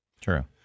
True